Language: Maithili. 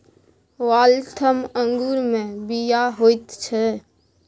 वाल्थम अंगूरमे बीया होइत छै